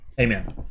Amen